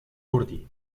jordi